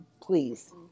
Please